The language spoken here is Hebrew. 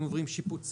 הם עוברים שיפוצים,